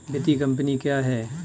वित्तीय कम्पनी क्या है?